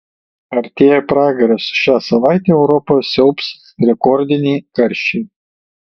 artėja pragaras šią savaitę europą siaubs rekordiniai karščiai